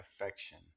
affection